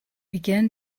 begin